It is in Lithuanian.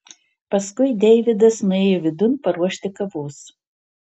paskui deividas nuėjo vidun paruošti kavos